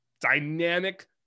dynamic